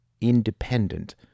independent